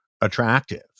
attractive